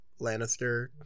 Lannister